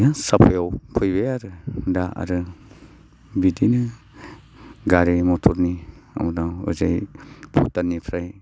साफायाव फैयो आरो दा आरो बिदिनो गारि मथरनि उदां ओजाय भुटाननिफ्राय